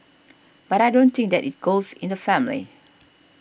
but I don't think that it goes in the family